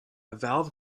valve